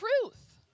truth